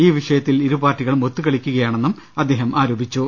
ഈ വിഷയത്തിൽ ഇരുപാർട്ടികളും ഒത്തുകളിക്കുകയാണെന്നും അദ്ദേഹം ആരോപിച്ചു